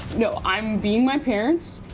no, i'm being my parents,